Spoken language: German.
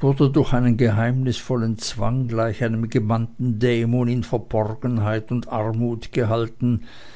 wurde durch einen geheimnisvollen zwang gleich einem gebannten dämon in verborgenheit und armut gehalten